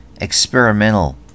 experimental